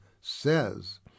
says